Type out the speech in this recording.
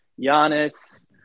Giannis